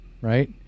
right